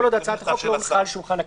עוד הצעת החוק לא הונחה על שולחן הכנסת".